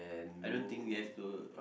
I don't think we have to